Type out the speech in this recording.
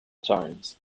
times